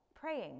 Praying